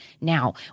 now